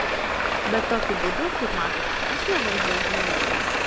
bet tokiu būdu kaip matote aš nevaržau žmonių